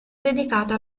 dedicata